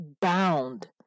bound